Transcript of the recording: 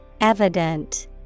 Evident